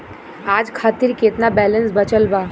आज खातिर केतना बैलैंस बचल बा?